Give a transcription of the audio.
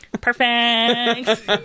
Perfect